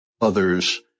others